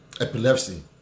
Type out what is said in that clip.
epilepsy